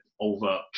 over